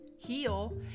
heal